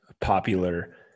popular